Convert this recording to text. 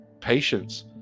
patience